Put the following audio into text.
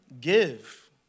give